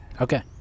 Okay